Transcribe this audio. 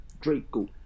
Draco